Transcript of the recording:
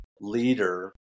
leader